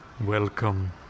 Welcome